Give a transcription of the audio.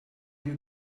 you